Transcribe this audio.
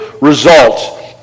results